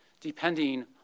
depending